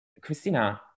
Christina